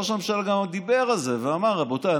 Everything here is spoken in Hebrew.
ראש הממשלה גם דיבר על זה ואמר: רבותיי,